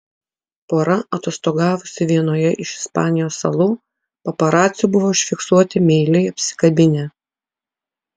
pora atostogavusi vienoje iš ispanijos salų paparacių buvo užfiksuoti meiliai apsikabinę